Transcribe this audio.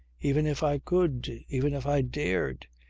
even if i could. even if i dared,